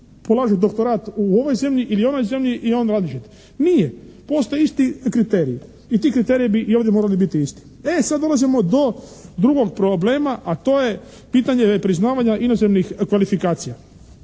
polažeš doktorat u ovoj zemlji ili onoj zemlji i oni različiti. Nije. Postoje isti kriteriji i ti kriteriji bi i ovdje morali biti isti. E sad dolazimo do drugog problema, a to je pitanje nepriznavanja inozemnih kvalifikacija.